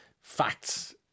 facts